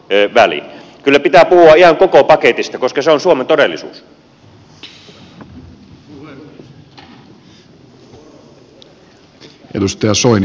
kyllä pitää puhua ihan koko paketista koska se on suomen todellisuus